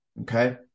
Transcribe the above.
Okay